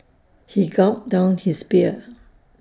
he gulped down his beer